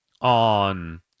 on